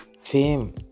Fame